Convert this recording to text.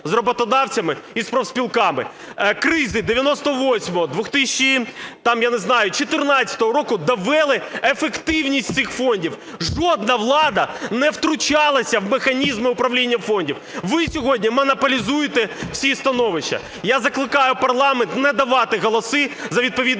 з роботодавцями і з профспілками? Кризи 1998, 2014 років довели ефективність цих фондів. Жодна влада не втручалася в механізми управління фондів. Ви сьогодні монополізуєте всі становища. Я закликаю парламент не давати голоси за відповідний